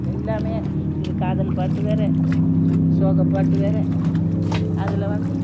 எல்லாமே இது காதல் பாட்டு வேறு சோகப் பாட்டு வேறு அதில் வந்து